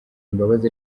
imbabazi